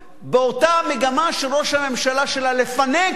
אותה המגמה של ראש הממשלה, של לפנק.